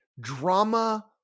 drama